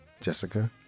Jessica